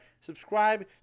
subscribe